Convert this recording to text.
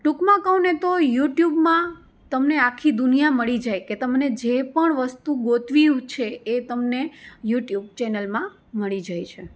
ટૂંકમાં કહું ને તો યુટ્યુબમાં તમને આખી દુનિયા મળી જાય કે તમને જે પણ વસ્તુ ગોતવી છે એ તમને યુટ્યુબ ચેનલમાં મળી જાય છે